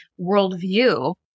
worldview